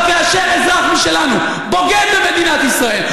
אבל כאשר אזרח משלנו בוגד במדינת ישראל,